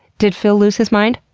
did phil lose his mind?